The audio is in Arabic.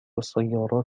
السيارات